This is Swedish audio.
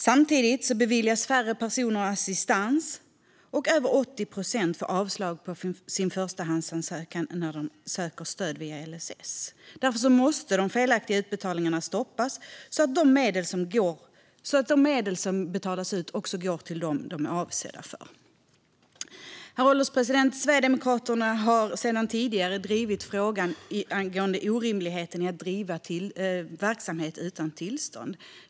Samtidigt beviljas färre personer assistans, och över 80 procent får avslag på sin förstahandsansökan när de söker stöd via LSS. Därför måste de felaktiga utbetalningarna stoppas, så att de medel som betalas ut också går till dem som de är avsedda för. Herr ålderspresident! Sverigedemokraterna har sedan tidigare drivit frågan om orimligheten i att driva verksamhet utan tillstånd.